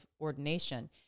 ordination